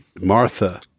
Martha